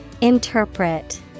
Interpret